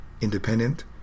independent